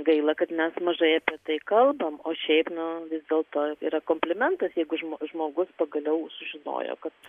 gaila kad mes mažai apie tai kalbam o šiaip nu vis dėlto yra komplimentas jeigu žmo žmogus pagaliau sužinojo kad